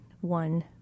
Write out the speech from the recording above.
one